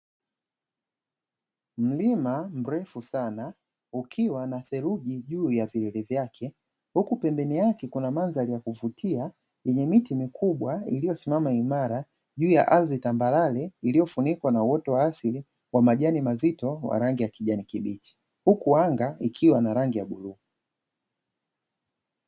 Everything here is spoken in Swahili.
Mlima mrefu sana ukiwa na theluji juu ya vilele vyake, huku pembeni yake kuna mandhari ya kuvutia yenye miti mikubwa iliyosimama imara juu ya ardhi tambarare iliyofunikwa na uoto wa asili wa majani mazito wa rangi ya kijani kibichi huku anga likiwa na rangi ya bluu.